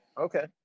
Okay